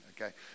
okay